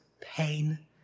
pain